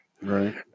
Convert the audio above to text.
Right